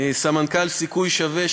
סמנכ"ל "סיכוי שווה",